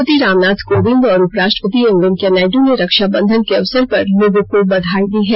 राष्ट्रपति रामनाथ कोविंद और उपराष्ट्रपति एम वेंकैया नायडू ने रक्षा बंधन के अवसर पर लोगों को बधाई दी है